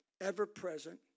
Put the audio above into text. ever-present